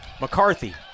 McCarthy